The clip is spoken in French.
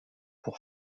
pour